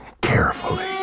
carefully